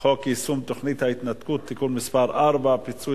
יישום תוכנית ההתנתקות (תיקון מס' 4) (פיצוי